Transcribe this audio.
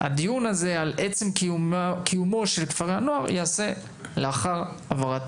הדיון הזה על עצם קיומם של כפרי הנוער ייעשה לאחר העברת